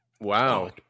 wow